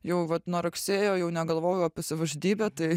jau vat nuo rugsėjo jau negalvojau apie savižudybę tai